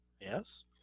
Yes